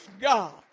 God